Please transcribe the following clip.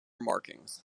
markings